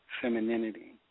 femininity